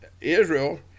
Israel